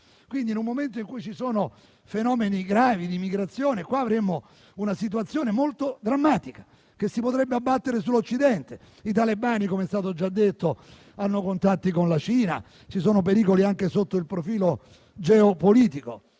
In un momento in cui ci sono fenomeni gravi di migrazione, avremo una situazione molto drammatica, che si potrebbe abbattere sull'Occidente. I talebani, com'è stato già detto, hanno contatti con la Cina e ci sono pericoli anche sotto il profilo geopolitico.